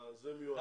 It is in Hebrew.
שהחוק מיועד להן.